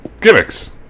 gimmicks